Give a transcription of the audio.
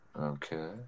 Okay